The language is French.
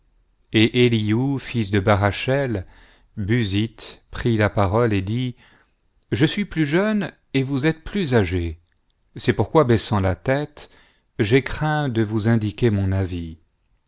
et eliu fils de barachel buzite prit la parole et dit je suis plus jeune et vous êtes plus âgés c'est pourquoi baissant la tête j'ai craint de voue indiquer mon avis